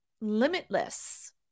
limitless